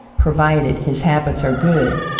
provided his habits are good,